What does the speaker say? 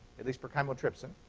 at least for chymotrypsin.